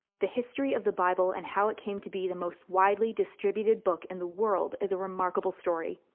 the history of the bible, and how it came to be the most widely distributed book in the world, is a remarkable story.